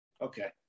Okay